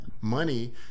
money